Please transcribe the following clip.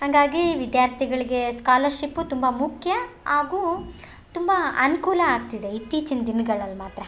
ಹಂಗಾಗೀ ವಿದ್ಯಾರ್ಥಿಗಳಿಗೆ ಸ್ಕಾಲರ್ಶಿಪ್ಪು ತುಂಬ ಮುಖ್ಯ ಹಾಗೂ ತುಂಬ ಅನುಕೂಲ ಆಗ್ತಿದೆ ಇತ್ತೀಚಿನ ದಿನ್ಗಳಲ್ಲಿ ಮಾತ್ರ